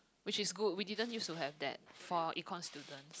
which is good we didn't used to have that for econs student